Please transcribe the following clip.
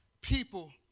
people